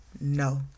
no